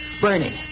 burning